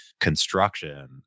construction